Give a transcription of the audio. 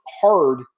hard